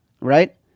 right